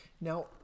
Now